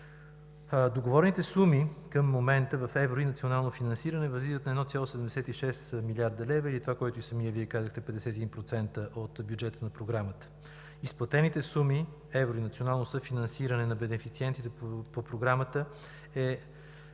Договорените суми към момента в евро и национално финансиране възлизат на 1,76 млрд. лв. или това, което и Вие самият казахте – 51% от бюджета на Програмата. Изплатените суми – евро и национално съфинансиране на бенефициентите по Програмата,